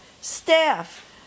staff